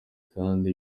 kandi